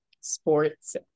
sports